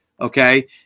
Okay